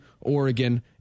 Oregon